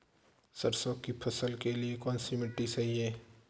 सरसों की फसल के लिए कौनसी मिट्टी सही हैं?